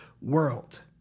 world